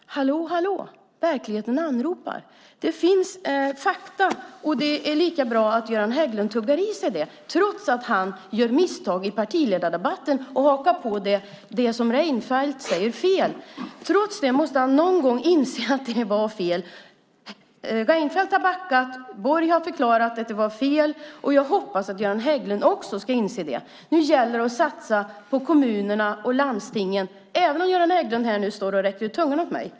Hallå, hallå! Verkligheten anropar. Det finns fakta, så det är lika bra att Göran Hägglund tuggar i sig det här. Trots att Göran Hägglund gjorde misstag i partiledardebatten och hakade på Reinfeldts felsägning måste han någon gång inse att det som sades var fel. Reinfeldt har backat, och Borg har förklarat att det var fel. Jag hoppas att Göran Hägglund också inser det. Nu gäller det att satsa på kommunerna och landstingen - även om Göran Hägglund står här och räcker ut tungan åt mig.